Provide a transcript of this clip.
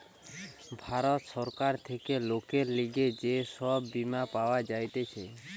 ভারত সরকার থেকে লোকের লিগে যে সব বীমা পাওয়া যাতিছে